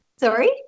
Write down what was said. Sorry